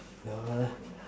yeah leh